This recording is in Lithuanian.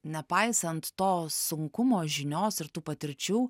nepaisant to sunkumo žinios ir tų patirčių